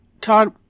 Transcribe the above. Todd